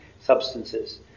substances